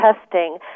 testing